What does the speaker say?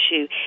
issue